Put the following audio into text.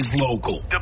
local